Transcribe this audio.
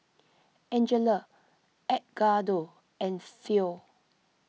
Angela Edgardo and Philo